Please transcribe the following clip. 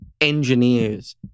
engineers